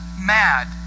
mad